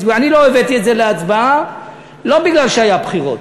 אני לא הבאתי את זה להצבעה לא מפני שהיו בחירות,